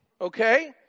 okay